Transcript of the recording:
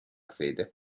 fede